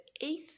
eighth